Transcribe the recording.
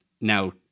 Now